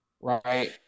Right